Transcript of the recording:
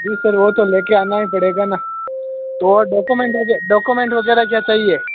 जी sir वह तो लेकर आना ही पड़ेगा ना तो डॉकोमेंट वगै डॉकोमेंट वगैरह क्या चाहिए